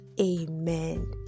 Amen